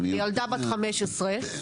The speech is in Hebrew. וילדה בת 15,